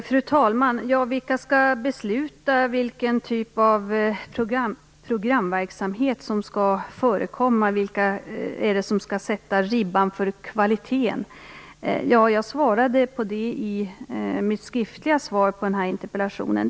Fru talman! Vilka skall besluta vilken typ av programverksamhet som skall förekomma? Vilka skall sätta ribban för kvaliteten? Jag svarade på det i mitt skriftliga svar på interpellationen.